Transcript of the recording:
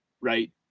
Right